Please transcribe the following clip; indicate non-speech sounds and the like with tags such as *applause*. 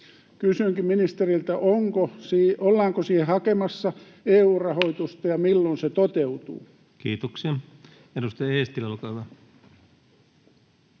Kysynkin ministeriltä: ollaanko siihen hakemassa EU-rahoitusta, *noise* ja milloin se toteutuu? Kiitoksia. — Edustaja Eestilä, olkaa hyvä.